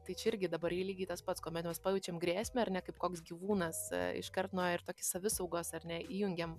tai čia irgi dabar ir lygiai tas pats kuomet mes pajaučiam grėsmę ar ne kaip koks gyvūnas iškart na ir tokį savisaugos ar ne įjungiam